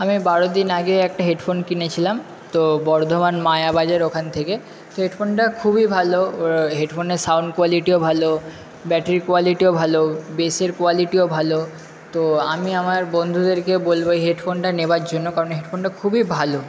আমি বারো দিন আগে একটা হেডফোন কিনেছিলাম তো বর্ধমান মায়া বাজার ওখান থেকে তো হেডফোনটা খুবই ভালো হেডফোনের সাউন্ড কোয়ালিটিও ভালো ব্যাটারি কোয়ালিটিও ভালো বেসের কোয়ালিটিও ভালো তো আমি আমার বন্ধুদেরকে বলবো হেডফোনটা নেবার জন্য কারণ হেডফোনটা খুবই ভালো